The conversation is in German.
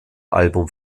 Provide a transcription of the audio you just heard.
album